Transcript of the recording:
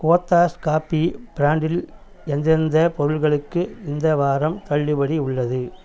Cothas coffee ப்ராண்டில் எந்தெந்தப் பொருட்களுக்கு இந்த வாரம் தள்ளுபடி உள்ளது